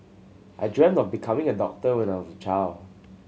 I dreamed of becoming a doctor when I was a child